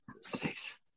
Six